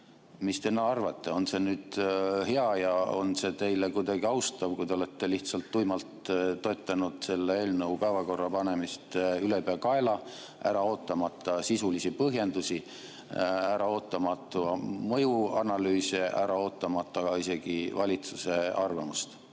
Mis te arvate, on see nüüd hea ja on see teile kuidagi austav, kui te olete lihtsalt tuimalt toetanud selle eelnõu päevakorda panemist ülepeakaela, ära ootamata sisulisi põhjendusi, ära ootamata mõjuanalüüse, ära ootamata isegi valitsuse arvamust?